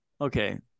okay